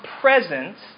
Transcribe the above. presence